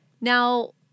Now